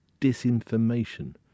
disinformation